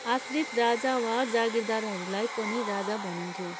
आश्रित राजा वा जागिरदारहरूलाई पनि राजा भनिन्थ्यो